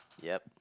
yup